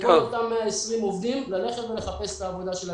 לכל אותם 120 עובדים ללכת לחפש עבודה,